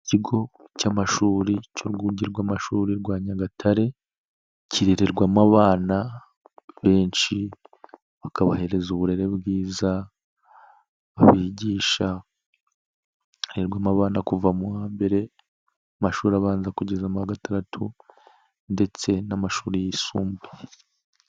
Ikigo cy'amashuri cy'Urwunge rw'Amashuri rwa Nyagatare kirererwamo abana benshi bakabahereza uburere bwiza babigisha, herererwamo abana kuva mu wa mbere w'amashuri abanza kugeza mu wa gatantu ndetse n'amashuri yisumbuye.